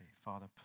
Father